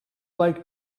like